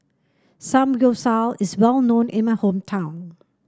Samgyeopsal is well known in my hometown